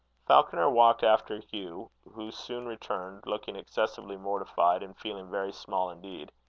falconer walked after hugh, who soon returned, looking excessively mortified, and feeling very small indeed.